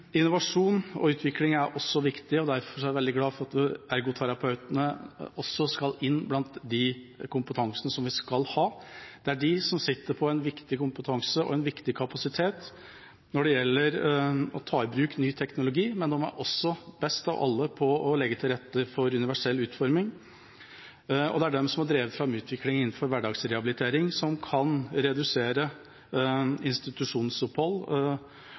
Innovasjon og utvikling er også viktig. Derfor er jeg veldig glad for at ergoterapeutene også skal inn blant de kompetansene som vi skal ha. Det er de som sitter på viktig kompetanse og har viktig kapasitet når det gjelder å ta i bruk ny teknologi, men de er også best av alle til å legge til rette for universell utforming. Det er de som har drevet fram utviklinga innenfor hverdagsrehabilitering, som kan redusere institusjonsopphold